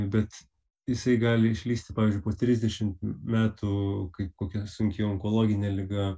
bet jisai gali išlįsti po trisdešim metų kaip kokia sunki onkologinė liga